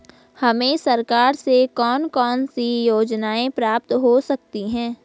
हमें सरकार से कौन कौनसी योजनाएँ प्राप्त हो सकती हैं?